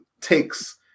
takes